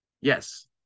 Yes